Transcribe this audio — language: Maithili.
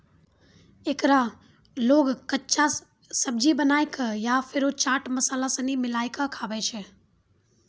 एकरा लोग कच्चा, सब्जी बनाए कय या फेरो चाट मसाला सनी मिलाकय खाबै छै